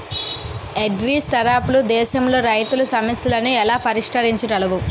అగ్రిస్టార్టప్లు దేశంలోని రైతుల సమస్యలను ఎలా పరిష్కరించగలవు?